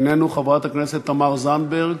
איננו, חברת הכנסת תמר זנדברג,